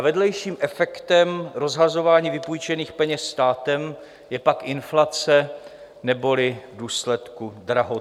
Vedlejším efektem rozhazování vypůjčených peněz státem je pak inflace neboli v důsledku drahota.